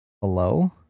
Hello